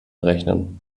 rechnen